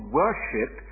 worship